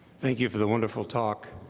thank you for the wonderful talk.